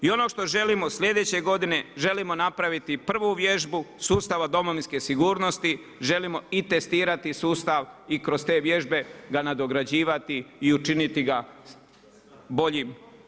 I ono što želimo sljedeće godine, želimo napraviti prvu vježbu sustava domovinske sigurnosti, želimo i testirati sustav i kroz te vježbe ga nadograđivati i učiniti ga boljim.